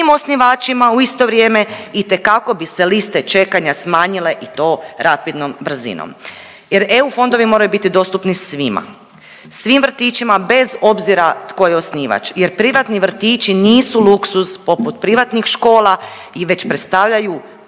osnivačima u isto vrijeme, itekako bi se liste čekanja smanjile i to rapidnom brzinom jer eu fondovi moraju biti dostupni svima, svim vrtićima bez obzira tko je osnivač jer privatni vrtići nisu luksuz poput privatnih škola i već predstavljaju